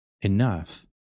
enough